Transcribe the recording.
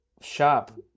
shop